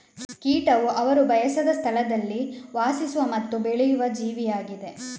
ಕೀಟವು ಅವರು ಬಯಸದ ಸ್ಥಳದಲ್ಲಿ ವಾಸಿಸುವ ಮತ್ತು ಬೆಳೆಯುವ ಜೀವಿಯಾಗಿದೆ